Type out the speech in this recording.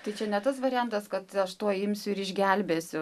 tai čia ne tas variantas kad aš tuoj imsiu ir išgelbėsiu